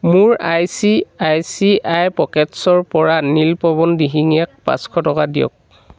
মোৰ I C I C I পকেটছ্ৰপৰা নীলপৱন দিহিঙীয়াক পাঁচশ টকা দিয়ক